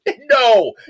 No